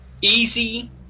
easy